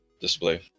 display